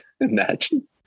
Imagine